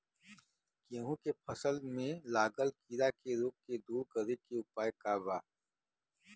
गेहूँ के फसल में लागल कीड़ा के रोग के दूर करे के उपाय का बा?